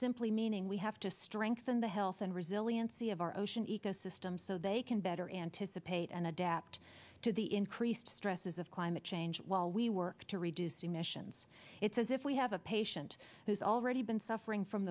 simply meaning we have to strengthen the health and resiliency of our ocean ecosystems so they can better anticipate and adapt to the increased stresses of climate change while we work to reduce emissions it's as if we have a patient who's already been suffering from